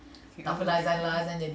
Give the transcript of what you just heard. okay kot